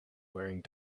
wearing